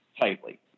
tightly